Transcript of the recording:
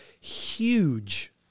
huge